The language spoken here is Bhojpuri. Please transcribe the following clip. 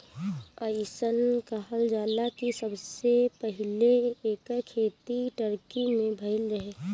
अइसन कहल जाला कि सबसे पहिले एकर खेती टर्की में भइल रहे